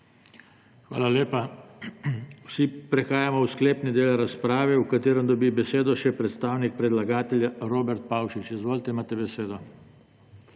Hvala lepa. Prehajamo v sklepni del razprave, v katerem dobi besedo še predsednik predlagatelja Robert Pavšič. Izvolite, imate besedo.